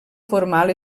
formal